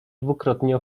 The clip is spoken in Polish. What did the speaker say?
dwukrotnie